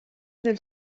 del